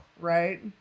Right